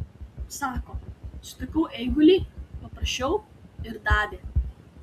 sako sutikau eigulį paprašiau ir davė